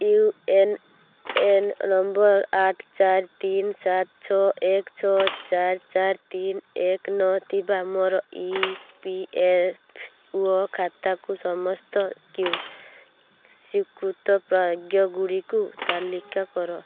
you N N number ଆଠ ଚାରି ତିନି ସାତ ଛଅ ଏକ ଛଅ ଚାରି ଚାରି ତିନି ଏକ ନଅ ଥିବା ମୋର ଇ ପି ଏଫ୍ ଓ ଖାତାକୁ ସମସ୍ତ ସ୍ଵୀକୃତ ପ୍ରାଜ୍ଞଗୁଡ଼ିକୁ ତାଲିକା କର